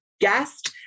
guest